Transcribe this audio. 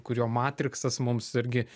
kurio matriksas mums irgi